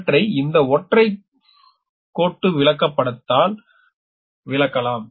இவற்றை இந்த ஒற்றை கோட்டு வரி விளக்கப்படத்தால் விளக்கலாம்